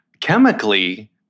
Chemically